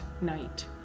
night